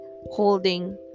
holding